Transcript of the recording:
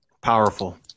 Powerful